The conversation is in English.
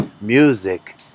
Music